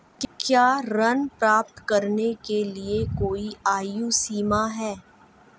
क्या ऋण प्राप्त करने के लिए कोई आयु सीमा है?